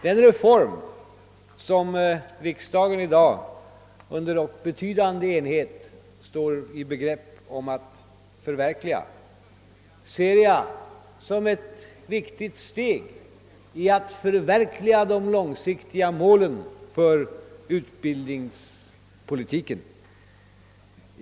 Den reform som riksdagen i dag under betydande enighet står i begrepp att förverkliga ser jag som ett viktigt steg i förverkligandet av de långsiktiga målen för utbildningspolitiken.